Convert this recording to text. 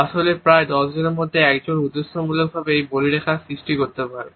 আসলে প্রায় 10 জনের মধ্যে 1 জন উদ্দেশ্যমূলকভাবে এই বলিরেখা সৃষ্টি করতে পারে